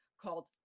called